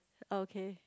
okay